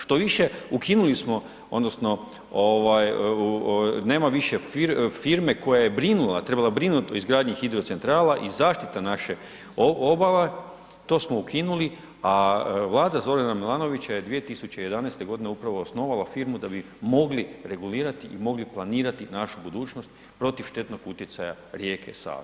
Štoviše, ukinuli smo odnosno nema više firme koja je brinula, trebala brinut o izgradnji hidrocentrala i zaštite naše obale, to smo ukinuli, a Vlada Zorana Milanovića je 2011.g. upravo osnovala firmu da bi mogli regulirati i mogli planirati našu budućnost protiv štetnog utjecaja rijeke Save.